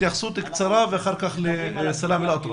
התייחסות קצרה ואחר כך סלאמה אלאטרש.